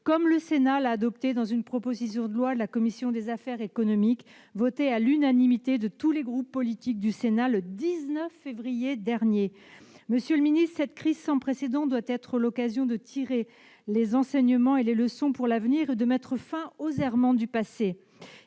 comme le Sénat l'avait proposé en adoptant une proposition de loi de la commission des affaires économiques, votée à l'unanimité des groupes politiques de notre assemblée le 19 février dernier. Monsieur le secrétaire d'État, cette crise sans précédent doit être l'occasion de tirer des enseignements et des leçons pour l'avenir et de mettre fin aux errements du passé.